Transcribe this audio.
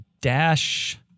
Dash